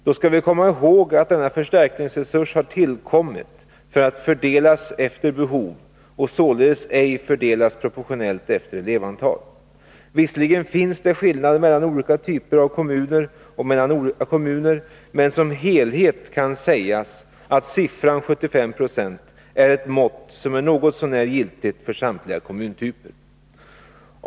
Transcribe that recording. Då skall vi komma ihåg att denna förstärkningsresurs har tillkommit för att fördelas efter behov och således ej för att fördelas proportionellt efter elevantal. Visserligen finns det skillnader mellan olika typer av kommuner och mellan olika kommuner, men som helhet kan sägas att siffran 75 96 är ett mått som är något så när giltigt för samtliga kommuntyper.